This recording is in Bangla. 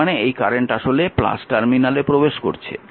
তার মানে এই কারেন্ট আসলে টার্মিনালে প্রবেশ করছে